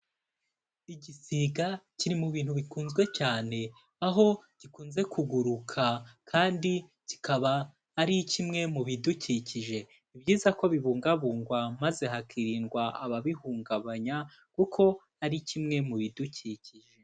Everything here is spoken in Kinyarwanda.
Igisiga kiri mu bintu bikunzwe cyane aho gikunze kuguruka kandi kikaba ari kimwe mu bidukikije. Ni byiza ko bibungabungwa maze hakirindwa ababihungabanya kuko ari kimwe mu bidukikije.